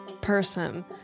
person